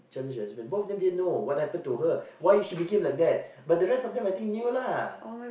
Chinese lesbian both of them didn't know what happen to her why she became like that but the rest of them knew lah